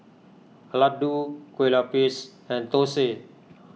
Laddu Kue Lupis and Thosai